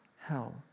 hell